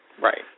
Right